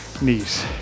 knees